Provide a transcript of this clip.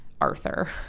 Arthur